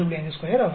52 அவ்வாறே